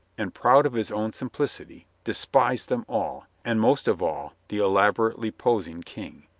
and, proud of his own simplicity, despised them all, and most of all the elaborately posing king.